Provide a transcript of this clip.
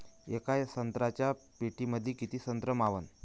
येका संत्र्याच्या पेटीमंदी किती संत्र मावन?